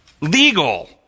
legal